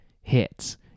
Hits